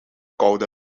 koude